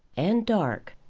and dark.